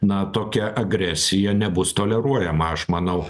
na tokia agresija nebus toleruojama aš manau